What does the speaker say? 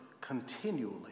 continually